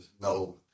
No